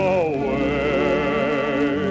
away